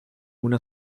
una